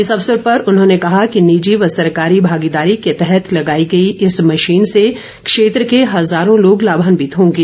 इस अवसर पर उन्होंने कहा कि निजी व सरकारी भागीदारी के तहत े लगाई गई े इस मशीन से क्षेत्र के हज़ारों लोग लाभान्वित होंगे